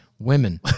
women